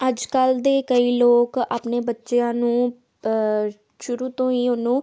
ਅੱਜ ਕੱਲ੍ਹ ਦੇ ਕਈ ਲੋਕ ਆਪਣੇ ਬੱਚਿਆਂ ਨੂੰ ਸ਼ੁਰੂ ਤੋਂ ਹੀ ਉਹਨੂੰ